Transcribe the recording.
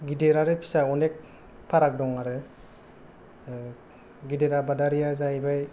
गिदिर आरो फिसा अनेक फाराग दं आरो गिदिर आबादारिया जायैबाय